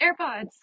airpods